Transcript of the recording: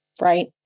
Right